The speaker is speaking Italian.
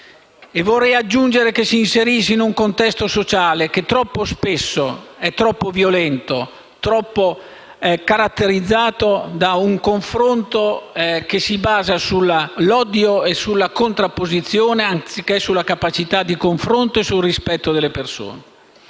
vorrei aggiungere che si inserisce in un contesto sociale che troppo spesso è troppo violento, troppo caratterizzato da un confronto che si basa sull'odio e sulla contrapposizione anziché sulla capacità di confronto e sul rispetto delle persone.